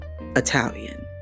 italian